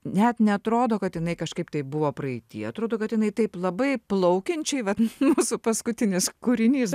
net neatrodo kad jinai kažkaip tai buvo praeity atrodo kad jinai taip labai plaukiančiai vat mūsų paskutinis kūrinys